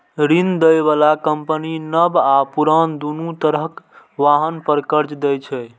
ऋण दै बला कंपनी नव आ पुरान, दुनू तरहक वाहन पर कर्ज दै छै